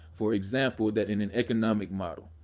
for example that in an economic model,